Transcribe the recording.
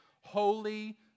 holy